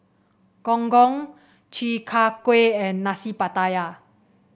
Gong Gong Chi Kak Kuih and Nasi Pattaya